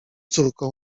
córko